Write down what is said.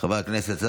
חברי הכנסת,